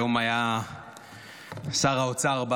היום היה שר האוצר,